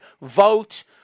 Vote